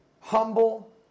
humble